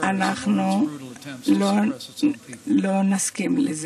אנחנו לא נסבול עוד את התמיכה של איראן בטרור